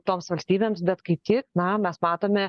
toms valstybėms bet kaip tik na mes matome